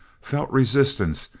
felt resistance,